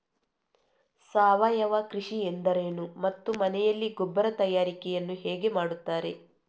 ಸಾವಯವ ಕೃಷಿ ಎಂದರೇನು ಮತ್ತು ಮನೆಯಲ್ಲಿ ಗೊಬ್ಬರ ತಯಾರಿಕೆ ಯನ್ನು ಹೇಗೆ ಮಾಡುತ್ತಾರೆ?